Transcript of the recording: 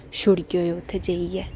छुड़ी आएओ उत्थै जाइयै